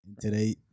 Today